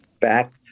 back